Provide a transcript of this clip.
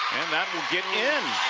and that will get in.